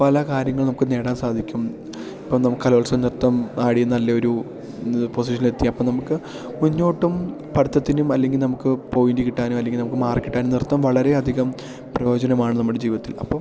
പല കാര്യങ്ങൾ നമുക്ക് നേടാൻ സാധിക്കും ഇപ്പം നമുക്ക് കലോത്സവം നൃത്തം ആടി നല്ലൊരു പൊസിഷനിൽ എത്തി അപ്പം നമുക്ക് മുന്നോട്ടും പഠിത്തത്തിനും അല്ലെങ്കിൽ നമുക്ക് പോയിൻ്റ് കിട്ടാനും അല്ലെങ്കിൽ നമുക്ക് മാർക്ക് കിട്ടാനും നൃത്തം വളരെയധികം പ്രയോജനമാണ് നമ്മുടെ ജീവിതത്തിൽ അപ്പം